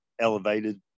elevated